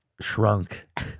shrunk